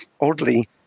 oddly